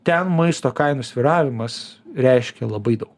ten maisto kainų svyravimas reiškia labai daug